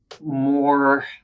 more